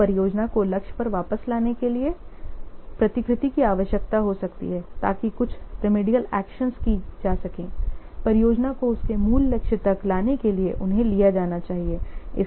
फिर परियोजना को लक्ष्य पर वापस लाने के लिए प्रतिकृति की आवश्यकता हो सकती है ताकि कुछ रिमेडियल एक्शन की जा सके परियोजना को उसके मूल लक्ष्य तक लाने के लिए उन्हें लिया जाना चाहिए